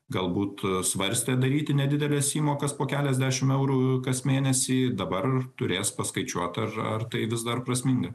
galbūt svarstė daryti nedideles įmokas po keliasdešim eurų kas mėnesį dabar turės paskaičiuot ar ar tai vis dar prasminga